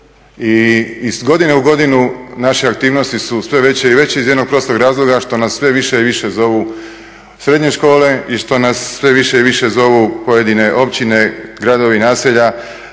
iz godine u godinu naše aktivnosti su sve veće i veće iz jednog prostog razloga što nas sve više i više zovu srednje škole i što nas sve više i više zovu pojedine općine, gradovi, naselja